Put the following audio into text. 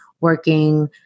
working